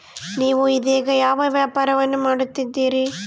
ನೇವು ಇದೇಗ ಯಾವ ವ್ಯಾಪಾರವನ್ನು ಮಾಡುತ್ತಿದ್ದೇರಿ?